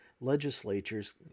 legislatures